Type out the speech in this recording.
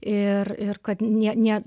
ir ir kad nė nė